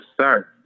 sir